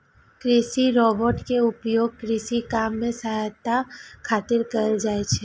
कृषि रोबोट के उपयोग कृषि काम मे सहायता खातिर कैल जाइ छै